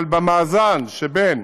אבל במאזן שבין